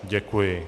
Děkuji.